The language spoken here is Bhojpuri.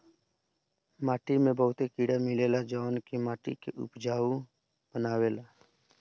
माटी में बहुते कीड़ा मिलेला जवन की माटी के उपजाऊ बनावेला